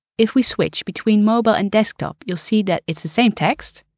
if we switch between mobile and desktop, you'll see that it's the same text,